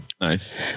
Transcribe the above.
Nice